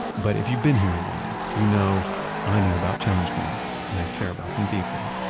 but if you've been here a while, you know i know about challenge coins and i care about them deeply.